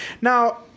Now